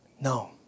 No